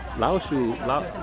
mouse it's